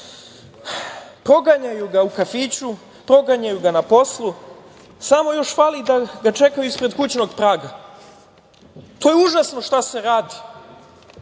ovde. Proganjaju ga u kafiću, proganjaju ga na poslu, samo još fali da ga čekaju ispred kućnog praga. To je užasno šta se radi.